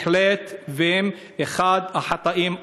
בהחלט, והם אחד החטאים הגדולים,